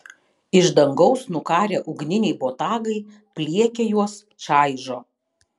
iš dangaus nukarę ugniniai botagai pliekia juos čaižo